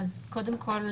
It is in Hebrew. קודם כל,